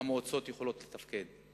המועצות יכולות לתפקד.